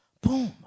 Boom